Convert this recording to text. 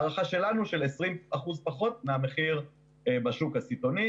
הערכה שלנו של 20 אחוזים פחות מהמחיר בשוק הסיטונאי.